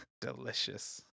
Delicious